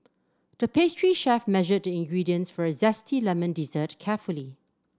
the pastry chef measured the ingredients for a zesty lemon dessert carefully